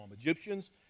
Egyptians